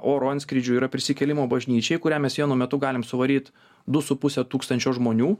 oro antskrydžių yra prisikėlimo bažnyčia į kurią mes vienu metu galim suvaryt du su puse tūkstančio žmonių